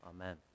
amen